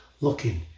looking